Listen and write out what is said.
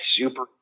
super